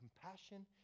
compassion